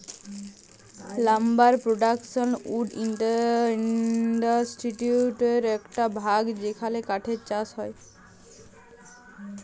lumber production wood ইন্ডাসটিরির একট ভাগ যেখালে কাঠের চাষ হয়